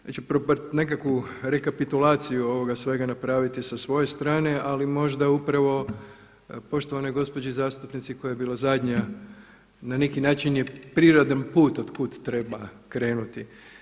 Ja ću probati nekakvu rekapitulaciju ovoga svega napraviti sa svoje strane, ali možda upravo poštovanoj gospođi zastupnici koja je bila zadnja na neki način je prirodan put od kud treba krenuti.